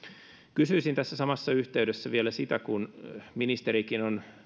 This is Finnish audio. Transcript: kysyisin tässä samassa yhteydessä vielä sitä kun ministerikin on